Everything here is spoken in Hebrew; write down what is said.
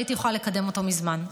הייתי יכולה לקדם אותו מזמן,